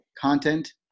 Content